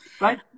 Right